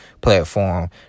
platform